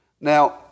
Now